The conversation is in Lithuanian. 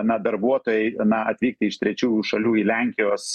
na darbuotojai na atvykti iš trečiųjų šalių į lenkijos